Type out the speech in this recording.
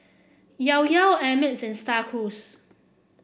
Llao Llao Ameltz and Star Cruise